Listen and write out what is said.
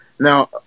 Now